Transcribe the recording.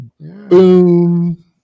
Boom